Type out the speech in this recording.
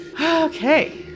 Okay